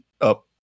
up